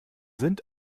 sind